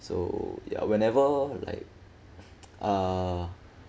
so ya whenever like uh